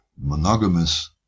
monogamous